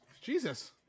Jesus